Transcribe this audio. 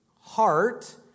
heart